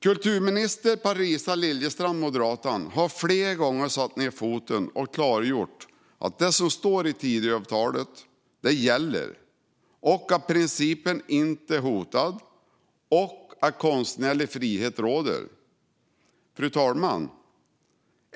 Kulturminister Parisa Liljestrand från Moderaterna har flera gånger satt ned foten och klargjort att det som står i Tidöavtalet gäller, att principen inte är hotad och att konstnärlig frihet råder. Fru talman!